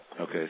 Okay